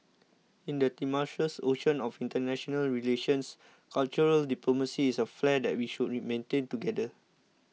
in the tumultuous ocean of international relations cultural diplomacy is a flare that we should re maintain together